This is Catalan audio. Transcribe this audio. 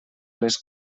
les